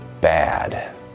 bad